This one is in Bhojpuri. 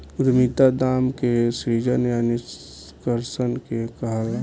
उद्यमिता दाम के सृजन या निष्कर्सन के कहाला